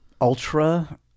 ultra